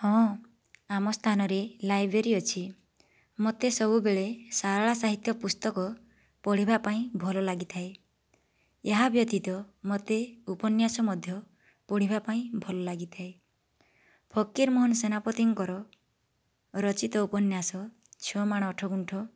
ହଁ ଆମ ସ୍ଥାନରେ ଲାଇବ୍ରେରୀ ଅଛି ମୋତେ ସବୁବେଳେ ଶାରଳା ସାହିତ୍ୟ ପୁସ୍ତକ ପଢ଼ିବା ପାଇଁ ଭଲ ଲାଗିଥାଏ ଏହା ବ୍ୟତୀତ ମୋତେ ଉପନ୍ୟାସ ମଧ୍ୟ ପଢ଼ିବା ପାଇଁ ଭଲ ଲାଗିଥାଏ ଫକୀରମୋହନ ସେନାପତିଙ୍କର ରଚିତ ଉପନ୍ୟାସ ଛଅ ମାଣ ଆଠ ଗୁଣ୍ଠ